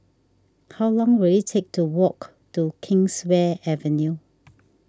how long will it take to walk to Kingswear Avenue